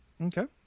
Okay